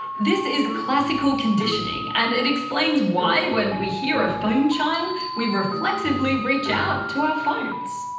this is classical conditioning and it explains why when we hear a phone chime we reflexively reach out to our phones.